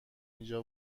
اینجا